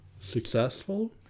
successful